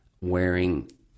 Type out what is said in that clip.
wearing